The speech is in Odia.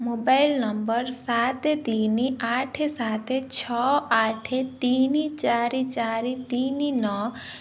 ମୋବାଇଲ ନମ୍ବର ସାତ ତିନି ଆଠ ସାତ ଛଅ ଆଠ ତିନି ଚାରି ଚାରି ତିନି ନଅ